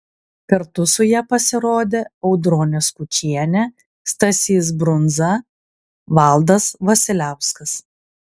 kartu su ja pasirodė audronė skučienė stasys brundza valdas vasiliauskas